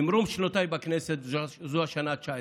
ממרום שנותיי בכנסת, זו השנה ה-19,